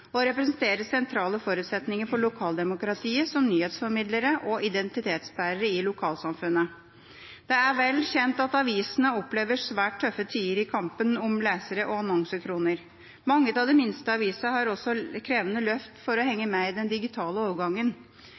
og representerer sentrale forutsetninger for lokaldemokratiet som nyhetsformidlere og identitetsbærere i lokalsamfunnet. Det er vel kjent at avisene opplever svært tøffe tider i kampen om lesere og annonsekroner. Mange av de minste avisene har også krevende løft for å henge med i den digitale overgangen.